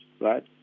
right